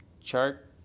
chart